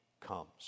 comes